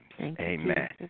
Amen